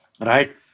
right